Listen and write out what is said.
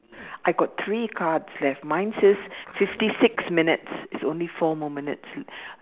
I got three cards left mine says fifty six minutes is only four more minutes since